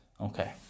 Okay